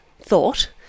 thought